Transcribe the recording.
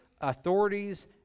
authorities